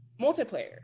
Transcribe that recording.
multiplayer